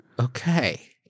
Okay